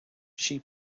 she